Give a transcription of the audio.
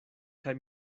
kaj